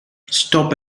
stop